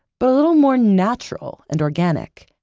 but a little more natural and organic.